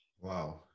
Wow